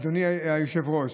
אדוני היושב-ראש,